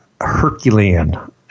Herculean